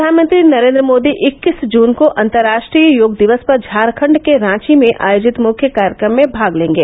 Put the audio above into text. प्रधानमंत्री नरेन्द्र मोदी इक्कीस जून को अंतर्राष्ट्रीय योग दिवस पर झारखण्ड के रांची में आयोजित मुख्य कार्यक्रम में भाग लेंगे